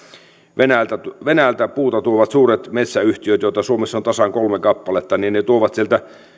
venäjältä venäjältä puuta tuovat suuret metsäyhtiöt joita suomessa on tasan kolme kappaletta tuovat sieltä